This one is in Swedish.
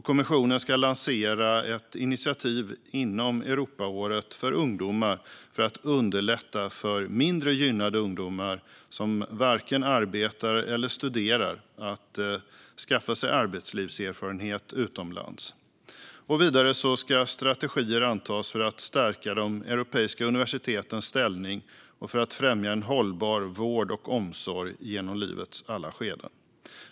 Kommissionen ska även lansera ett initiativ inom Europaåret för ungdomar för att underlätta för mindre gynnade ungdomar som varken arbetar eller studerar att skaffa sig arbetslivserfarenhet utomlands. Vidare ska strategier antas för att stärka de europeiska universitetens ställning och för att främja en hållbar vård och omsorg genom livets alla skeden.